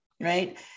right